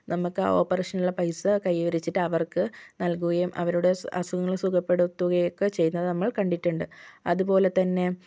നമുക്ക് ഓപ്പറേഷനുള്ള പൈസ കൈവരിച്ചിട്ട് അവർക്ക് നൽകുകയും അവരുടെ സു അസുഖങ്ങൾ സുഖപ്പെടുത്തുകയും ഒക്കെ ചെയ്യുന്നത് നമ്മൾ കണ്ടിട്ടുണ്ട് അതുപോലെ തന്നെ